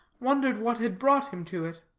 wondered what had brought him to it,